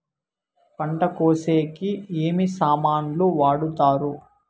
పంట కోసేకి ఏమి సామాన్లు వాడుతారు?